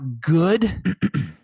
good